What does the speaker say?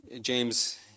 James